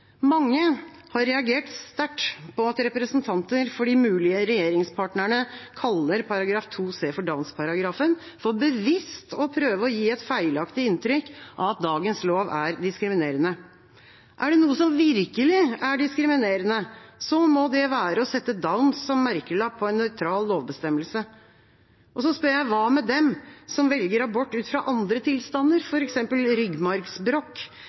Mange har reagert sterkt på at representanter for de mulige regjeringspartnerne kaller § 2 c for Downs-paragrafen, for bevisst å prøve å gi et feilaktig inntrykk av at dagens lov er diskriminerende. Er det noe som virkelig er diskriminerende, må det være å sette Downs som merkelapp på en nøytral lovbestemmelse. Og så spør jeg: Hva med dem som velger abort ut fra andre tilstander,